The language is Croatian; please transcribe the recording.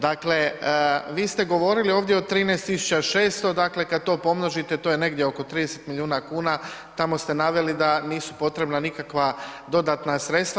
Dakle, vi ste govorili ovdje o 13600, dakle kad to pomnožite to je negdje oko 30 milijuna kuna, tamo ste naveli da nisu potrebna nikakva dodatna sredstva.